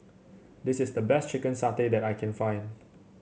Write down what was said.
this is the best Chicken Satay that I can find